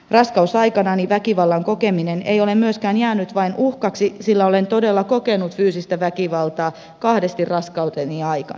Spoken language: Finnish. raskausaikanani väkivallan kokeminen ei ole myöskään jäänyt vain uhkaksi sillä olen todella kokenut fyysistä väkivaltaa kahdesti raskauteni aikana